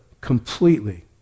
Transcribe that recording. completely